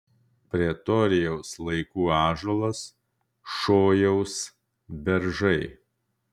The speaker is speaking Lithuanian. pretorijaus laikų ąžuolas šojaus beržai